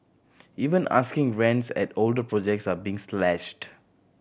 even asking rents at older projects are being slashed